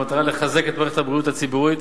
במטרה לחזק את מערכת הבריאות הציבורית,